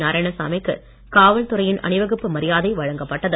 நாராயணசாமி க்கு காவல்துறை அணிவகுப்பு மரியாதை வழங்கப்பட்டது